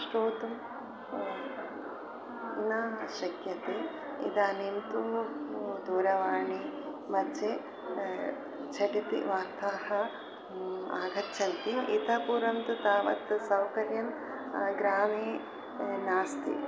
श्रोतुं न शक्यते इदानीं तु दूरवाणीमध्ये झटिति वार्ताः आगच्छन्ति इतः पूर्वं तु तावत् सौकर्यं ग्रामे नास्ति